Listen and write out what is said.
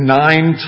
nine